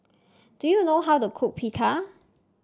do you know how to cook Pita